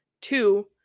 two